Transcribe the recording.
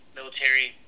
military